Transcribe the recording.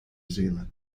zealand